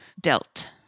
dealt